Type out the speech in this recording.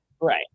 right